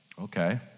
okay